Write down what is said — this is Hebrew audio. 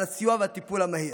על הסיוע והטיפול המהיר.